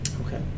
Okay